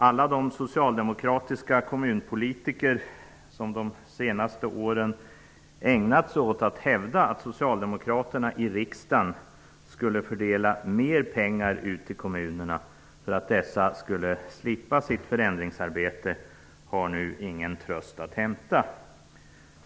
Alla de socialdemokratiska kommunpolitiker som de senaste åren hävdat att socialdemokraterna i riksdagen skulle fördela mer pengar till kommunerna för att dessa skulle slippa sitt förändringsarbete har nu ingen tröst att hämta.